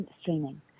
streaming